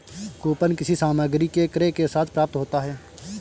coupon किसी सामग्री के क्रय के साथ प्राप्त होता है